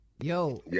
Yo